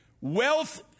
Wealth